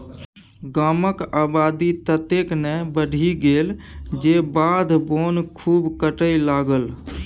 गामक आबादी ततेक ने बढ़ि गेल जे बाध बोन खूब कटय लागल